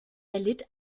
erlitt